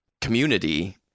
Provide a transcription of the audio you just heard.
community